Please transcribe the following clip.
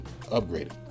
upgraded